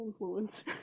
influencer